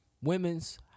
Women's